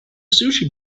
sushi